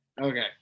Okay